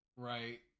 Right